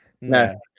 no